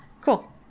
cool